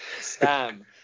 Sam